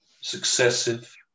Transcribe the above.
Successive